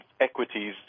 equities